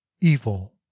Evil